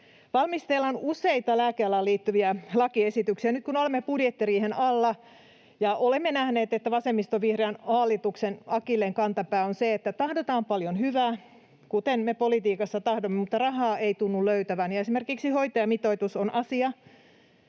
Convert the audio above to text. Valmisteilla on useita lääkealaan liittyviä lakiesityksiä. Nyt olemme budjettiriihen alla, ja olemme nähneet, että vasemmistovihreän hallituksen akilleenkantapää on se, että tahdotaan paljon hyvää, kuten me politiikassa tahdomme, mutta rahaa ei tunnu löytyvän. Esimerkiksi hoitajamitoitus on asia,